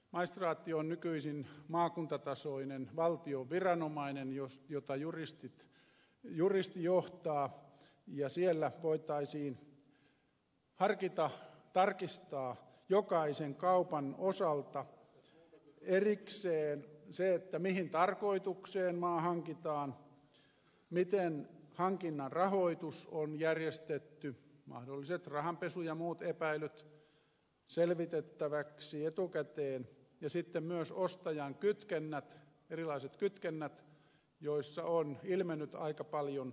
maistraatti on nykyisin maakuntatasoinen valtion viranomainen jota juristi johtaa ja siellä voitaisiin harkita tarkistaa jokaisen kaupan osalta erikseen se mihin tarkoitukseen maa hankitaan miten hankinnan rahoitus on järjestetty mahdolliset rahanpesu ja muut epäilyt selvittää etukäteen ja sitten myös ostajan erilaiset kytkennät joissa on ilmennyt aika paljon epäselvyyttä